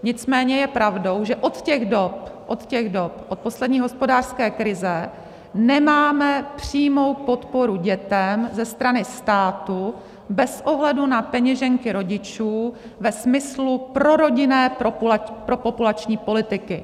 Nicméně je pravdou, že od těch dob, od poslední hospodářské krize, nemáme přímou podporu dětem ze strany státu bez ohledu na peněženky rodičů ve smyslu prorodinné propopulační politiky.